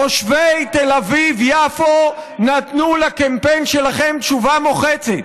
תושבי תל אביב-יפו נתנו לקמפיין שלכם תשובה מוחצת: